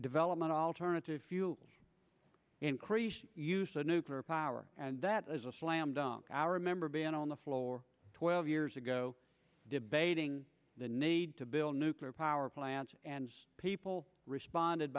development alternative fuels increased use of nuclear power and that as a slam dunk our remember being on the floor twelve years ago debating the need to build nuclear power plants and people responded